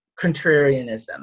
contrarianism